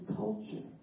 culture